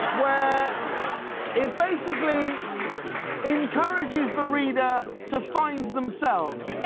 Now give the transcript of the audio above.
where it basically encourages the reader to find themselves.